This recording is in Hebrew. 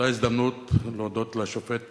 באותה הזדמנות, להודות לשופט